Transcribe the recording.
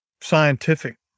scientific